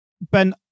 Ben